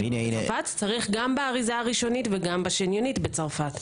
צריך גם באריזה הראשונית וגם בשניונית בצרפת.